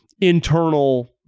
internal